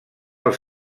els